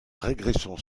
régression